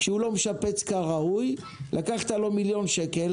כשהוא לא משפץ כראוי לקחת לו 1 מיליון שקל,